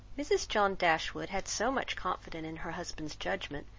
mrs. john dashwood had so much confidence in her husband's judgment,